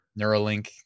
Neuralink